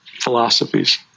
philosophies